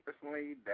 personally